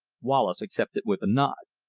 wallace accepted with a nod.